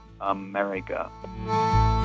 America